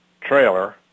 trailer